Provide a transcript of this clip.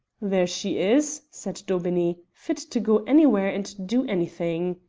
there she is, said daubeney fit to go anywhere and do anything.